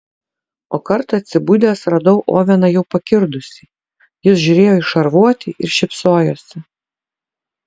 o kartą atsibudęs radau oveną jau pakirdusį jis žiūrėjo į šarvuotį ir šypsojosi